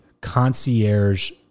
concierge